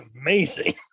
amazing